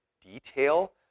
detail